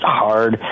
hard